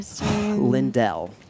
Lindell